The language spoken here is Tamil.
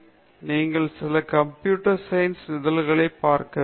எனவே நீங்கள் சில கம்ப்யூட்டர் சயின்ஸ் இதழ்களைப் பார்க்க வேண்டும்